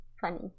funny